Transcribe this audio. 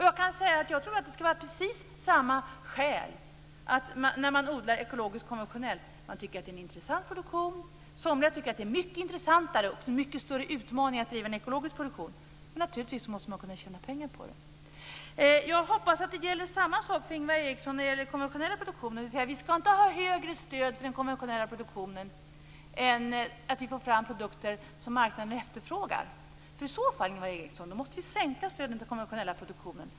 Jag trodde också att det var av precis samma skäl som man odlar ekologiskt. Man tycker att det är en intressant produktion. Somliga tycker att det är mycket intressantare och att det är en mycket större utmaning att driva ekologiskt lantbruk. Och naturligtvis måste man kunna tjäna pengar på det. Jag hoppas att samma sak gäller för Ingvar Eriksson i fråga om konventionell produktion, nämligen att vi inte ska ha högre stöd för den konventionella produktionen än att vi får fram produkter som marknaden efterfrågar. I annat fall, Ingvar Eriksson, måste vi sänka stödet till konventionell produktion.